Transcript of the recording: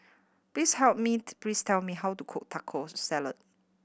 please help me please tell me how to cook Taco Salad